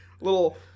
little